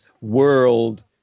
World